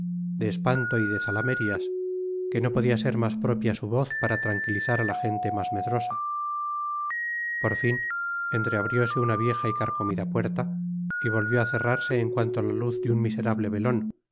de espanto y de zalamerias que no poda ser mas propia su voz para tranquilizar a la gente mas medrosa por fre entreabrióse una vieja y carcomida puerta y volvió á cerrarse en cuanto la luz de un miserable velon